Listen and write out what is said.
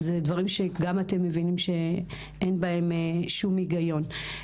שאלה דברים שגם אתם מבינים שאין בהם שום היגיון.